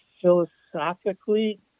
philosophically